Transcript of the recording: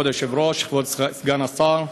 כבוד היושב-ראש, כבוד סגן השר,